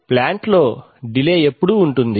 plant లో delay ఎప్పుడూ ఉంటుంది